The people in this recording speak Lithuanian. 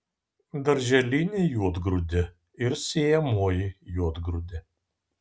darželinė juodgrūdė ir sėjamoji juodgrūdė